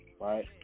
right